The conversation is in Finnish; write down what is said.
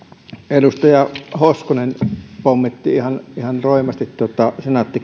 edustaja hoskonen pommitti ihan roimasti senaatti